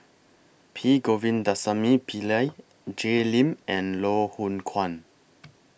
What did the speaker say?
P Govindasamy Pillai Jay Lim and Loh Hoong Kwan